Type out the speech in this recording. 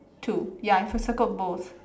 two ya I cir~ circled both